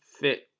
fit